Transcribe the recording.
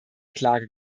klage